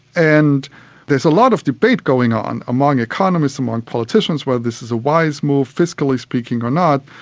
and there's a lot of debate going on among economists, among politicians, whether this is a wise move, fiscally speaking, or not,